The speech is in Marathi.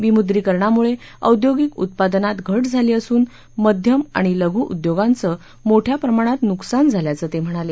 विमुद्रीकरणामुळे औद्यागिक उत्पादनात घट झाली असून मध्यम आणि लघू उद्योगांचं मोठ्या प्रमाणात नुकसान झाल्याचं ते म्हणाले